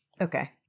okay